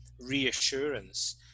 reassurance